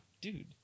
Dude